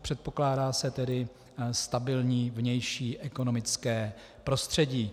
Předpokládá se tedy stabilní vnější ekonomické prostředí.